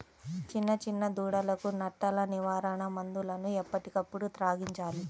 చిన్న చిన్న దూడలకు నట్టల నివారణ మందులను ఎప్పటికప్పుడు త్రాగించాలి